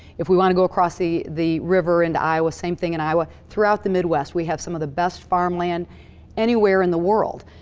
if we want to go across the the river, into iowa, same thing in iowa, throughout the midwest, we have some of the best farmland anywhere in the world.